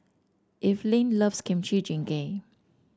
Evelyne loves Kimchi Jjigae